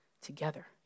together